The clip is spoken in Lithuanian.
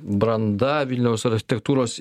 branda vilniaus architektūros